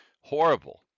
horrible